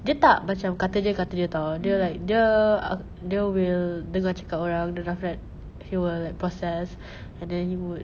dia tak macam kata dia kata dia [tau] dia like dia dia will dengar cakap orang then after that he will like process and then he would